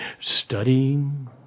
Studying